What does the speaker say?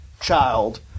child